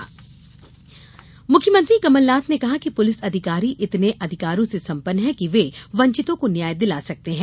Kamal Nath police मुख्यमंत्री कमलनाथ ने कहा है कि पुलिस अधिकारी इतने अधिकार संपन्न हैं कि वे वंचितों को न्याय दिला सकते हैं